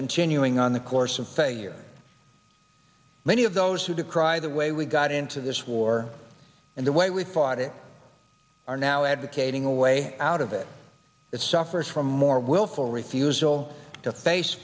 continuing on the course of failure many of those who decry the way we got into this war and the way we fought it are now advocating a way out of it it suffers from more willful refusal to face